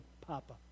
Papa